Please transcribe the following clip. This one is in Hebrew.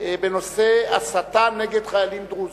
בנושא: הסתה נגד חיילים דרוזים.